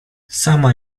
sama